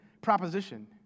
proposition